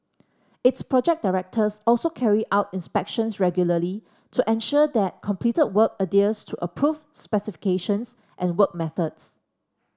its project directors also carry out inspections regularly to ensure that completed work adheres to approved specifications and work methods